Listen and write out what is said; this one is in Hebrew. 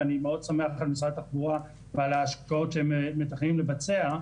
ואני מאוד שמח על משרד התחבורה ועל ההשקעות שהם מתכננים לבצע,